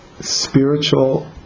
Spiritual